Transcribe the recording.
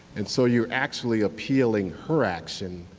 and so you're actually appealing her action,